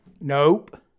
nope